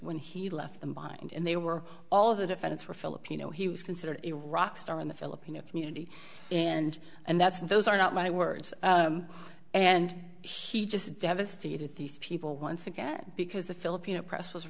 when he left them behind and they were all of the defendants were filipino he was considered a rock star in the filipino community and and that's those are not my words and he just devastated these people once again because the filipino press was